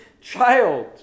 child